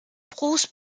bruce